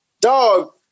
dog